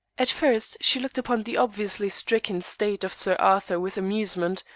at first she looked upon the obviously stricken state of sir arthur with amusement,